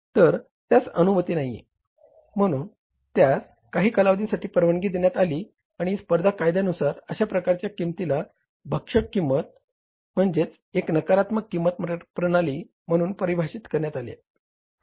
तर त्यास अनुमती नाही म्हणून त्यास काही कालावधीसाठी परवानगी देण्यात आली आणि स्पर्धा कायद्यानुसार अशा प्रकारच्या किंमतीला भक्षक किंमत म्हणजेच एक नकारात्मक किंमत प्रणाली म्हणून परिभाषित करण्यात आले